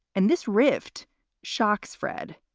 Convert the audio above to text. and this rift shocks, fred,